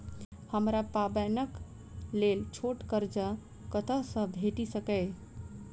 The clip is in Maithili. हमरा पाबैनक लेल छोट कर्ज कतऽ सँ भेटि सकैये?